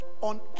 on